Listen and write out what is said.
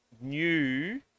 new